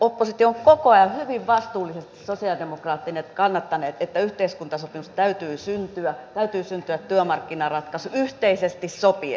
oppositio on koko ajan toiminut hyvin vastuullisesti sosialidemokraatit ovat kannattaneet että yhteiskuntasopimus täytyy syntyä täytyy syntyä työmarkkinaratkaisu yhteisesti sopien